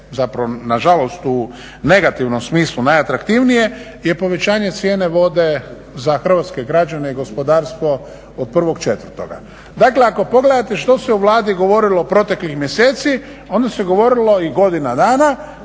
zapravo, nažalost u negativnom smislu najatraktivnije je povećanje cijene vode za hrvatske građane, gospodarstvo od 1.4. Dakle ako pogledate što se o Vladi govorilo proteklih mjeseci onda se govorilo i godina dana,